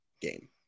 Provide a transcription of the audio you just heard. game